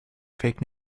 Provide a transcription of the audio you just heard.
fake